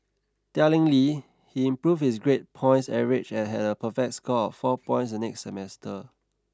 tellingly he improved his grade point average and had a perfect score of four points the next semester